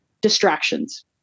distractions